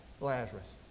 Lazarus